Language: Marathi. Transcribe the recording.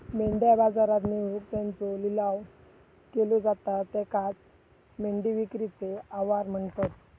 मेंढ्या बाजारात नेऊन त्यांचो लिलाव केलो जाता त्येकाचं मेंढी विक्रीचे आवार म्हणतत